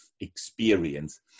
experience